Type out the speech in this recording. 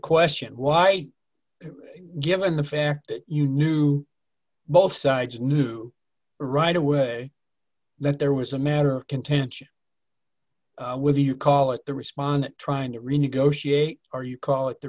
question why given the fact that you knew both sides knew right away that there was a matter of contention with you call it the respondent trying to renegotiate our you call it the